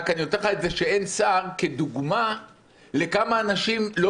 רק אני נותן לך את זה שאין שר כדוגמה לכמה אנשים לא